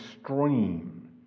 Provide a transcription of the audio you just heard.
extreme